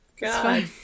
god